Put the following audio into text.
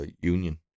union